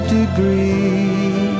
degree